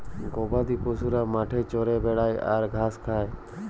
গবাদি পশুরা মাঠে চরে বেড়ায় আর ঘাঁস খায়